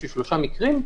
בשביל שלושה מקרים?